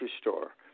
store